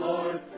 Lord